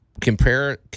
Compare